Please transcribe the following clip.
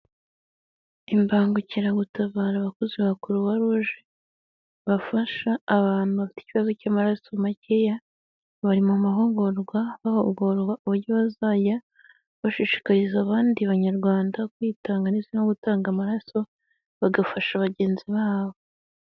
Imbangukiragutabara abakozi ba Rroix rouge bafasha abantu bafite ikibazo cy'amaraso makeya, bari mu mahugurwa barwa uburyo bazajya bashishikariza abandi banyarwanda kwitanga ndetse no gutanga amaraso bagafasha bagenzi babo.